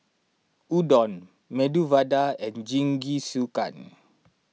Udon Medu Vada and Jingisukan